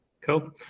Cool